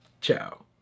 Ciao